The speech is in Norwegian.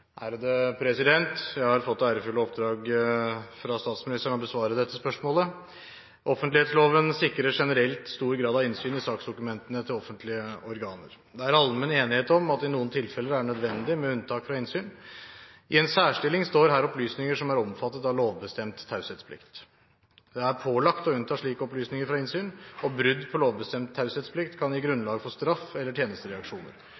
har fra statsministeren fått det ærefulle oppdraget med å besvare dette spørsmålet. Offentlighetsloven sikrer generelt stor grad av innsyn i saksdokumentene til offentlige organer. Det er allmenn enighet om at det i noen tilfeller er nødvendig med unntak fra innsyn. I en særstilling står her opplysninger som er omfattet av lovbestemt taushetsplikt. Det er pålagt å unnta slike opplysninger fra innsyn, og brudd på lovbestemt taushetsplikt kan